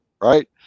right